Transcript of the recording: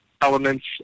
elements